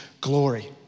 glory